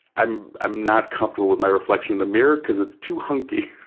i'm i'm not comfortable with my reflection in the mirror because it's too hunky,